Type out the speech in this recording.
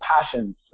passions